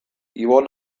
ibon